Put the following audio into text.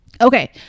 Okay